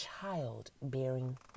childbearing